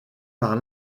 par